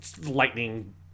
lightning